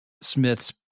Smith's